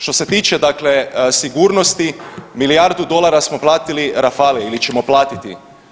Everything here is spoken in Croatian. Što se tiče dakle sigurnost, milijardu dolara smo platiti Rafale ili ćemo platiti.